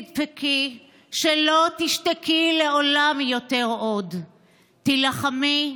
תדפקי / שלא תשתקי לעולם יותר עוד./ תילחמי,